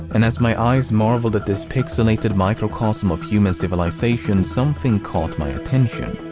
and as my eyes marveled at this pixelated microcosm of human civilization, something caught my attention.